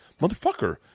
motherfucker